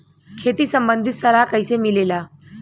खेती संबंधित सलाह कैसे मिलेला?